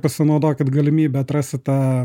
pasinaudokit galimybe atrasit tą